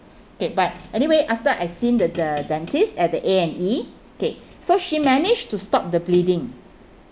okay but anyway after I seen the the dentist at the A and E okay so she managed to stop the bleeding